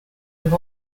have